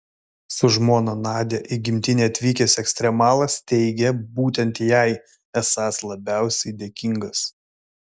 su žmona nadia į gimtinę atvykęs ekstremalas teigė būtent jai esąs labiausiai dėkingas